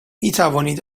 میتوانید